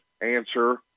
Answer